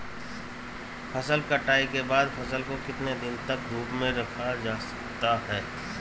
फसल कटाई के बाद फ़सल को कितने दिन तक धूप में रखा जाता है?